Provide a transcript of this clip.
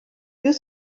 you